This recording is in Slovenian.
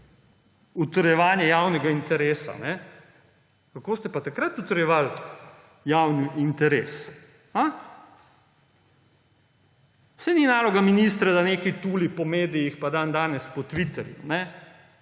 utrjevanju javnega interesa – kako ste pa takrat utrjevali javni interes? Saj ni naloga ministra, da nekaj tuli po medijih pa dandanes po Twitterju.